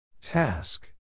Task